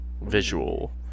visual